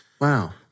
Wow